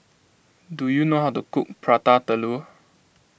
do you know how to cook Prata Telur